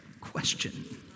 question